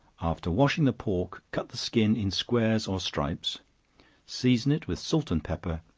after washing the pork, cut the skin in squares or stripes season it with salt and pepper,